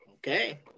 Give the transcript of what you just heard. Okay